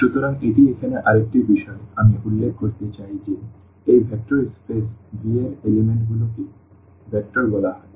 সুতরাং এটি এখানে আরেকটি বিষয় আমি উল্লেখ করতে চাই যে এই ভেক্টর স্পেস V এর উপাদানগুলোকে ভেক্টর বলা হবে